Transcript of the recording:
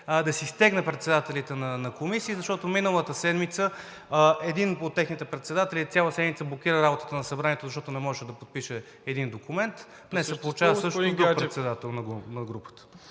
да си стегне председателите на комисии. Миналата седмица един от техните председатели цяла седмица блокира работата на Събранието, защото не можеше да подпише един документ, днес се получава... ПРЕДСЕДАТЕЛ МИРОСЛАВ